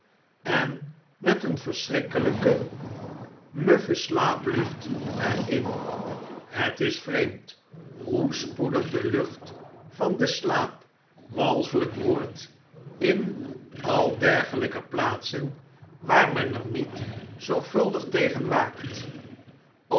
en met eene verschrikkeljjke muffeslaaplucbter in hetis vreemd hoe spoedig de lucht van den slaap walgeljjk wordt in al dergeln'ke plaatsen waar men er niet zorgvuldig tegen waakt